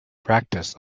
practice